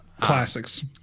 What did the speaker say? classics